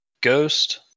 Ghost